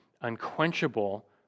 unquenchable